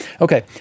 Okay